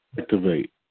activate